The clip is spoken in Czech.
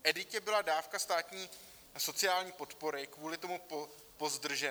Editě byla dávka státní sociální podpory kvůli tomu pozdržena.